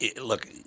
Look